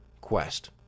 quest